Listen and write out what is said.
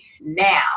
now